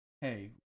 hey